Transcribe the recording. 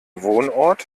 wohnort